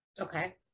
Okay